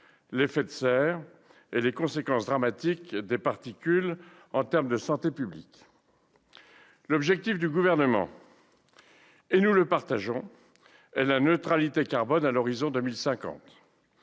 l'effet de serre et les conséquences dramatiques des particules en termes de santé publique. L'objectif du Gouvernement, que nous partageons, est la neutralité carbone à l'horizon 2050.